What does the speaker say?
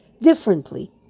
differently